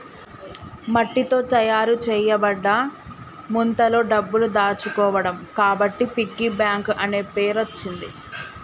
మట్టితో తయారు చేయబడ్డ ముంతలో డబ్బులు దాచుకోవడం కాబట్టి పిగ్గీ బ్యాంక్ అనే పేరచ్చింది